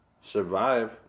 survive